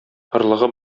орлыгы